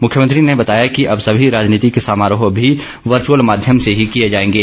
मुख्यमंत्री ने बताया कि अब सभी राजनीतिक समारोह भी वर्च्यअल माध्यम से ही किए जाएंगे